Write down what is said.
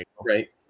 right